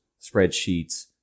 spreadsheets